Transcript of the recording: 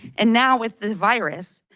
and now with the virus,